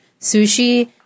sushi